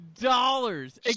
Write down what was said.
Dollars